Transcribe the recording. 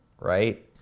right